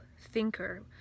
thinker